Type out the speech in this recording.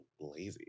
lazy